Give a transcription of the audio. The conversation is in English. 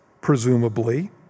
presumably